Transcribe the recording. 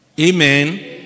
Amen